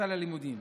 לספסל הלימודים.